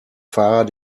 fahrer